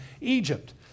Egypt